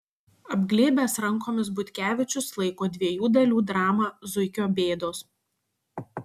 apglėbęs rankomis butkevičius laiko dviejų dalių dramą zuikio bėdos